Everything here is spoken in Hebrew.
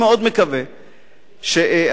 אני מאוד מקווה שהממשלה,